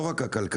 לא רק הכלכלי,